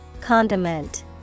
Condiment